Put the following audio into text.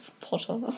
Potter